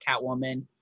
catwoman